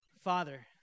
Father